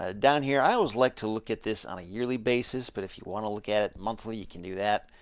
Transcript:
ah down here, i always like to look at this on a yearly basis but if you wanna look at it monthly you can do that.